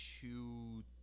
two